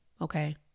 okay